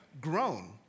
grown